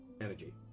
energy